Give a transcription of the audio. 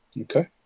Okay